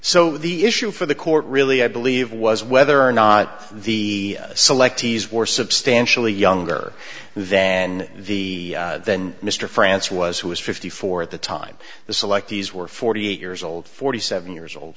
so the issue for the court really i believe was whether or not the selectees were substantially younger than the than mr france was who was fifty four at the time the selectees were forty eight years old forty seven years old